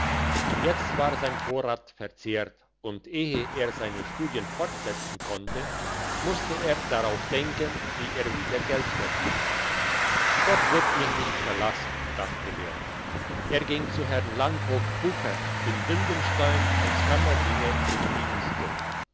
jetzt war sein vorrat verzehrt und ehe er seine studien fortsetzen konnte musste er darauf denken wie er wieder geld verdiente gott wird mich nicht verlassen dachte er er ging zu herrn landvogt bucher in wildenstein als kammerdiener in diensten